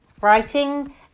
writing